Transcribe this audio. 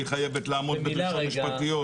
היא חייבת לעמוד בדרישות משפטיות.